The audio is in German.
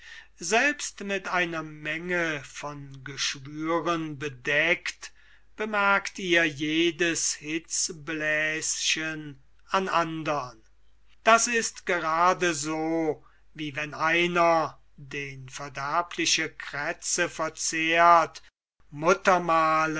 köstlich mit einer menge von geschwüren bedeckt bemerkt ihr jedes hitzbläschen an andern das ist gerade so wie wenn einer den verderbliche krätze verzehrt